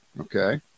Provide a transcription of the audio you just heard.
okay